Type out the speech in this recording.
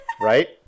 Right